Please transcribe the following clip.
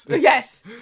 Yes